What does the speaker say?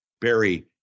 Barry